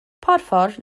porffor